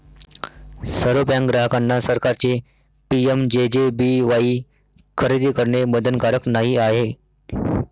सर्व बँक ग्राहकांना सरकारचे पी.एम.जे.जे.बी.वाई खरेदी करणे बंधनकारक नाही आहे